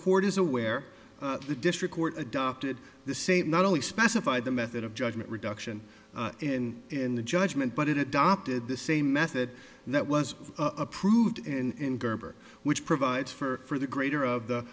court is aware the district court adopted the same not only specify the method of judgment reduction in in the judgment but it dop did the same method that was approved in gerber which provides for the greater of the